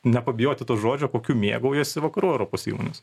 nepabijoti to žodžio kokiu mėgaujasi vakarų europos įmonės